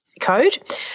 code